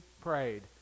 prayed